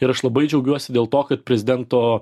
ir aš labai džiaugiuosi dėl to kad prezidento